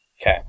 Okay